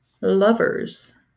Lovers